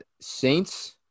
Saints